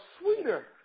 sweeter